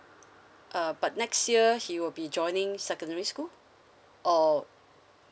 uh but next year he will be joining secondary school or